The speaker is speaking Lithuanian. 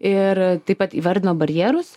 ir taip pat įvardino barjerus